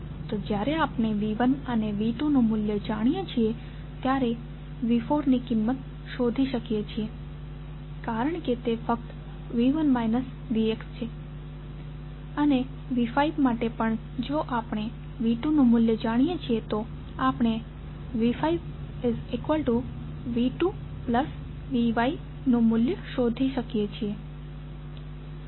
તો જ્યારે આપણે V1 અને V2 નું મૂલ્ય જાણીએ છીએ ત્યારે આપણે V4 ની કિંમત શોધી શકીએ છીએ કારણ કે તે ફક્ત V1 Vx છે અને V5 માટે પણ જો આપણે V2 નું મૂલ્ય જાણીએ છીએ તો આપણે V5 V2 Vy નું મૂલ્ય શોધી શકીએ છીએ